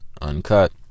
uncut